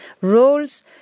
roles